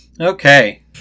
Okay